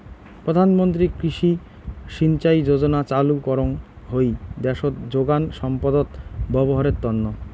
প্রধান মন্ত্রী কৃষি সিঞ্চাই যোজনা চালু করঙ হই দ্যাশোত যোগান সম্পদত ব্যবহারের তন্ন